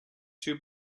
too